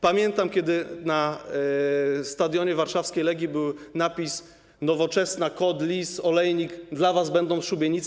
Pamiętam, kiedy na stadionie warszawskiej Legii był napis: Nowoczesna, KOD, Lis, Olejnik - dla was będą szubienice.